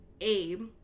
abe